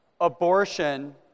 abortion